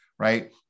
Right